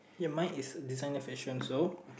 ya mine is designer fashion so